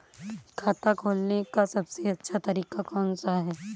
खाता खोलने का सबसे अच्छा तरीका कौन सा है?